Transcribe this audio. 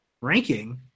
ranking